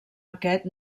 aquest